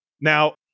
Now